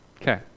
Okay